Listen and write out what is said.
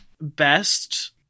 best